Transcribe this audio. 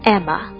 Emma